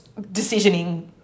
decisioning